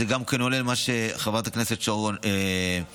וזה גם עולה ממה ששאלה חברת הכנסת שרון ניר,